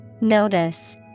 Notice